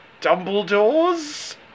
Dumbledore's